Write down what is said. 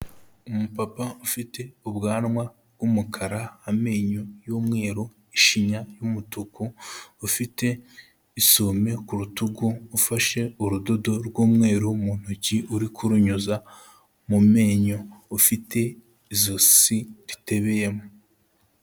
Umupapa ufite ubwanwa bw'umukara, amenyo y'umweru, ishinya y'umutuku, ufite isume ku rutugu ufashe urudodo rw'umweru mu ntoki uri kurunyuza mu menyo, ufite ijosi ritebeyemo.